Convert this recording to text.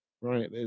right